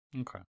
Okay